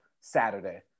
Saturday